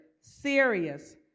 serious